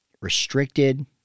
restricted